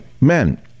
men